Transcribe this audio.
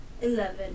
eleven